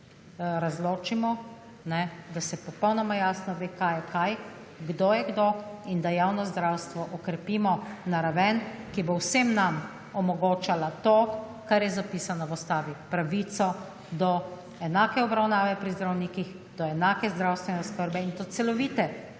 za vselej razločimo. Da se popolnoma jasno ve kaj je kaj, kdo je kdo in da javno zdravstvo okrepimo na raven, ki bo vsem nam omogočala to, kar je zapisano v Ustavi pravico do enake obravnave pri zdravnikih, do enake zdravstvene oskrbe in do celovite